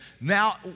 Now